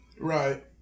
Right